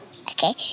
Okay